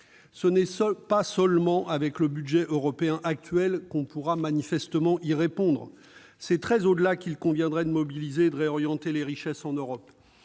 ce n'est pas avec le seul budget européen actuel que l'on pourra y répondre. C'est très au-delà qu'il conviendrait de mobiliser et de réorienter les richesses en Europe.